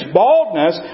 baldness